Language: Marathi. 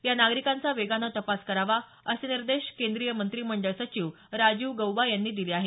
या नागरिकांचा वेगानं तपास करावा असे निर्देश केंद्रीय मंत्रिमंडळ सचिव राजीव गौबा यांनी दिले आहेत